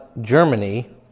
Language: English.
Germany